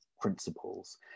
principles